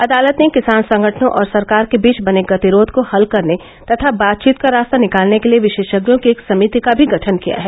अदालत ने किसान संगठनों और सरकार के बीच बने गतिरोध को हल करने तथा बातचीत का रास्ता निकालने के लिए विशेषज्ञों की एक समिति का भी गठन किया है